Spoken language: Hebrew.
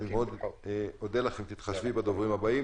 לכן, מאוד אודה לך, אם תתחשבי בדוברים הבאים.